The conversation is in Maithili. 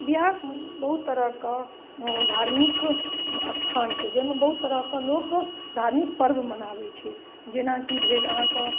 बिहार बहुत तरह कऽ धार्मिक स्थान छै जाहिमे बहुत तरहके लोक धार्मिक पर्व मनाबैत छै जेनाकि भेल अहाँ कऽ